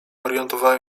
orientowałem